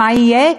מה יהיה?